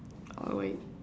alright